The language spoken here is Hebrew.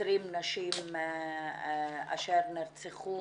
20 נשים אשר נרצחו